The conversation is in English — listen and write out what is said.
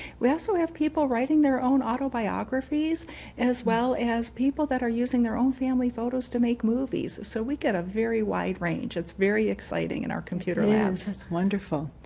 we also have people writing their own autobiographies and as well as people that are using their own family photos to make movies so weekend a very wide range, it's very exciting and our computer adds it's wonderful.